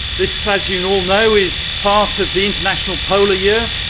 this as you and all know is part of the international polar year.